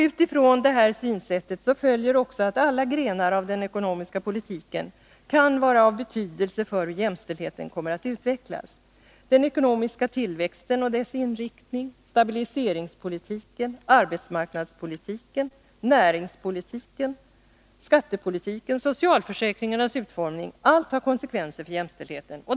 Utifrån detta synsätt följer också att alla grenar av den ekonomiska politiken kan vara av betydelse för hur jämställdheten kommer att utvecklas. Den ekonomiska tillväxten och dess inriktning, stabiliseringspolitiken, arbetsmarknadspolitiken, näringspolitiken, skattepolitiken, socialförsäkringarnas utformning — allt har konsekvenser för jämställdheten.